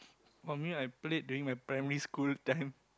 for me I played during my primary school time